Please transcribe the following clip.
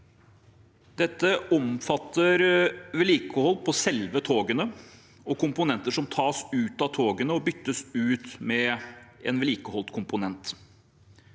Dette omfatter vedlikehold på selve togene og komponenter som tas ut av togene og byttes ut med en vedlikeholdt komponent.